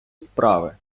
справи